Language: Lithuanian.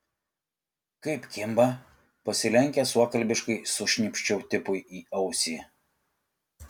kaip kimba pasilenkęs suokalbiškai sušnypščiau tipui į ausį